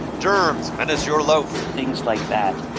germs menace your loaf. things like that.